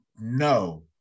No